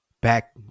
back